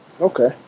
Okay